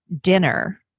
dinner